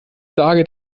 sage